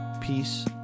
peace